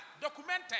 documented